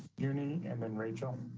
you know and then, rachel.